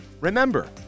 Remember